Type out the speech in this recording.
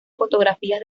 fotografías